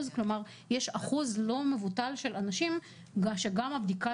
כלומר יש אחוז לא מבוטל של אנשים שגם אם הבדיקה